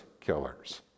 killers